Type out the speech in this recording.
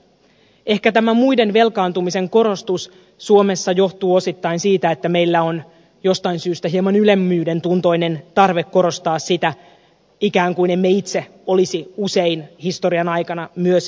ehkä tämä muiden velkaantumisen korostus suomessa johtuu osittain siitä että meillä on jostain syystä hieman ylemmyydentuntoinen tarve korostaa sitä ikään kuin emme itse olisi usein historian aikana myös velkaantuneet